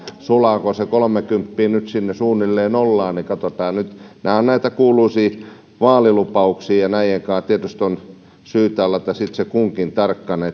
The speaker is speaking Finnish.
sulaako se kolmekymppiä nyt suunnilleen sinne nollaan katsotaan nyt nämä ovat näitä kuuluisia vaalilupauksia ja näiden kanssa tietysti on syytä olla itse kunkin tarkkana